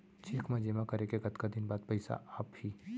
Cheque जेमा करें के कतका दिन बाद पइसा आप ही?